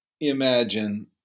imagine